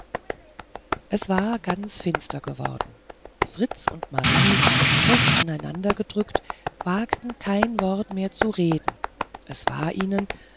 es war ganz finster geworden fritz und marie fest aneinandergerückt wagten kein wort mehr zu reden es war ihnen